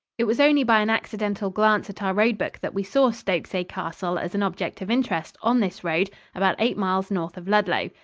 it was only by an accidental glance at our road-book that we saw stokesay castle as an object of interest on this road about eight miles north of ludlow.